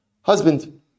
Husband